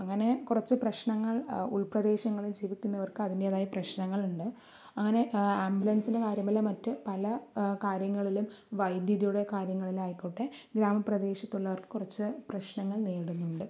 അങ്ങനെ കുറച്ച് പ്രശ്നങ്ങൾ ഉൾപ്രദേശങ്ങളിൽ ജീവിക്കുന്നവർക്ക് അതിൻറേതായ പ്രശ്നങ്ങളുണ്ട് അങ്ങനെ ആംബുലൻസിന്റെ കാര്യം അല്ല മറ്റ് പല കാര്യങ്ങളിലും വൈദ്യുതിയുടെ കാര്യങ്ങളിലായിക്കോട്ടെ ഗ്രാമപ്രദേശത്തുള്ളവർക്ക് കുറച്ച് പ്രശ്നങ്ങൾ നേരിടുന്നുണ്ട്